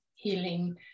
healing